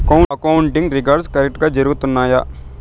accounting records కరెక్టుగా జరుగుతున్నాయా